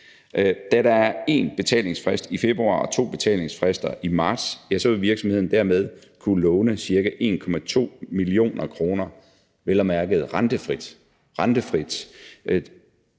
Da der er én betalingsfrist i februar og to betalingsfrister i marts, vil virksomheden dermed kunne låne ca. 1,2 mio. kr. – vel at